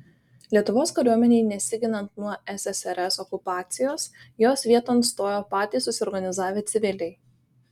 lietuvos kariuomenei nesiginant nuo ssrs okupacijos jos vieton stojo patys susiorganizavę civiliai